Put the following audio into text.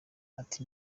ati